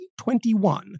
2021